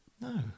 no